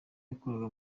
yakoraga